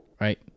right